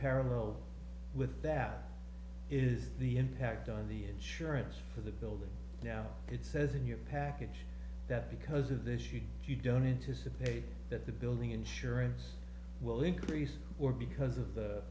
parallel with that is the impact on the insurance for the building now it says in your package that because of this you you don't anticipate that the building insurance will increase or because of the